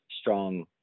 strong